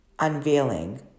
unveiling